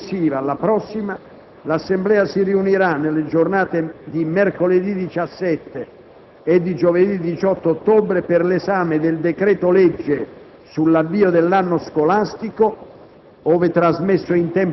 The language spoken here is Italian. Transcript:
Nella settimana successiva alla prossima, l'Assemblea si riunirà nelle giornate di mercoledì 17 e di giovedì 18 ottobre per l'esame del decreto-legge sull'avvio dell'anno scolastico,